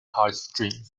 heartstrings